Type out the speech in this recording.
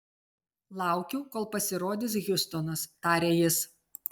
laukiu kol pasirodys hjustonas tarė jis